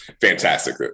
fantastic